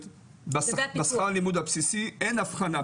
בשכר לימוד הבסיסי אין הבחנה,